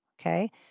Okay